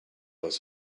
was